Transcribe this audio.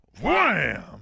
wham